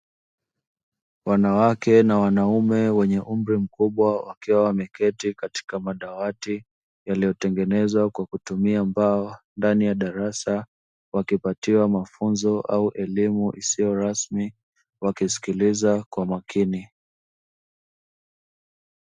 Wanawake na wanaume wenye umri mkubwa wakiwa wameketi katika madawati yaliyotengenezwa kwa kutumia mbao, ndani ya darasa wakipatiwa mafunzo au elimu isiyo rasmi wakisikiliza kwa makini.